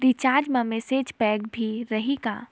Recharge मा message pack भी रही का?